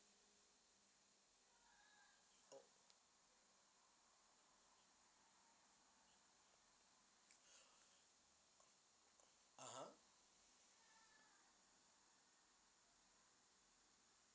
(uh huh)